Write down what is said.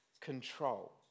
control